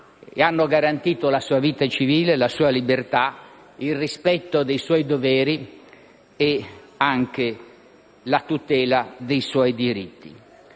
hanno garantito la sua vita civile, la sua libertà, il rispetto dei suoi doveri e anche la tutela dei suoi diritti.